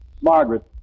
Margaret